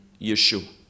Yeshua